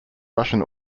russian